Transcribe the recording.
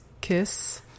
kiss